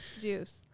Juice